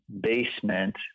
basement